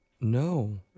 no